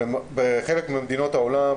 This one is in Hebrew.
בחלק ממדינות העולם,